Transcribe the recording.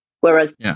Whereas